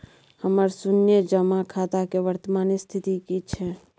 हमर शुन्य जमा खाता के वर्तमान स्थिति की छै?